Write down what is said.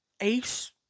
Ace